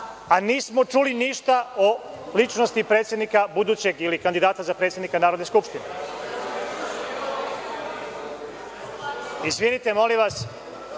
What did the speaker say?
a nismo čuli ništa o ličnosti predsednika budućeg ili kandidata za predsednika Narodne skupštine. Izvinite molim vas,